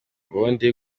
ubundi